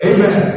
Amen